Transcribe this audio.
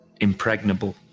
impregnable